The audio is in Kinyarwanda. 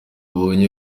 tubonye